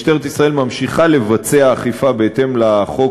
משטרת ישראל ממשיכה לבצע אכיפה בהתאם לחוק